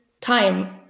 time